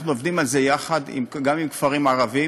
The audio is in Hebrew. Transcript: אנחנו עובדים על זה יחד, גם עם כפרים ערביים.